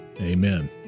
Amen